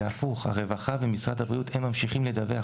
זה הפוך הרווחה והבריאות ממשיכים לדווח,